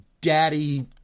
daddy